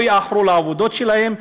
לא יאחרו לעבודות שלהם,